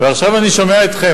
ועכשיו אני שומע אתכם.